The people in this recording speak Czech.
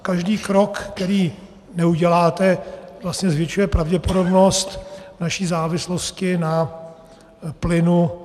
Každý krok, který neuděláte, zvětšuje pravděpodobnost naší závislosti na plynu.